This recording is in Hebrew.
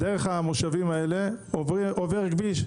דרך המושבים האלה עובר כביש.